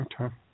Okay